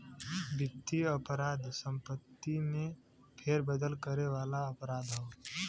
वित्तीय अपराध संपत्ति में फेरबदल करे वाला अपराध हौ